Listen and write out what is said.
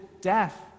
death